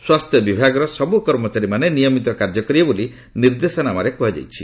ସ୍ୱାସ୍ଥ୍ୟବିଭାଗର ସବୁ କର୍ମଚାରୀମାନେ ନିୟମିତ କାର୍ଯ୍ୟ କରିବେ ବୋଲି ନିର୍ଦ୍ଦେଶାନାମାରେ କୁହାଯାଇଛି